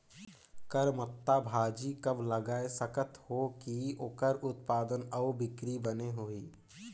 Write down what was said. करमत्ता भाजी कब लगाय सकत हो कि ओकर उत्पादन अउ बिक्री बने होही?